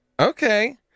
okay